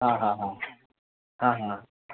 हाँ हाँ हाँ हाँ हाँ